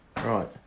Right